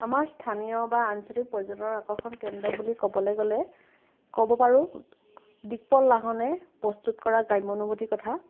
আমাৰ স্থানীয় বা আঞ্চলিক পৰ্যটনৰ আকৰ্ষণৰ কেন্দ্ৰ বুলি কবলৈ গ'লে ক'ব পাৰো দিকপাল লাহনে প্ৰস্তুত কৰা গ্ৰাম্য় অনুভূতিৰ কথা